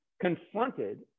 confronted